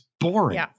boring